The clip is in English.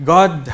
God